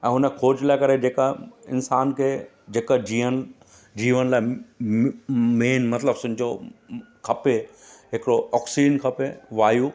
ऐं हुन खोज लाइ करे जेका इंसान खे जेका जीअन जीवन लाइ मेन मतिलबु सम्झो हूं हूं खपे हिकिड़ो ऑक्सीजन खपे वायू